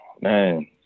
Man